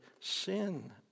sin